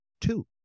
two